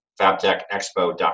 fabtechexpo.com